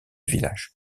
village